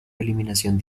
eliminación